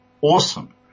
awesome